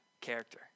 Character